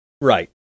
Right